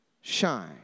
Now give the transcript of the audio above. shine